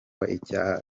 icyaha